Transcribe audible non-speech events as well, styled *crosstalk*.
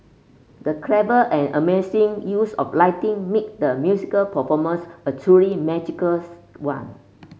the clever and amazing use of lighting made the musical performance a truly magical *unintelligible* one